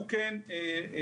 הוא כן מבוטח.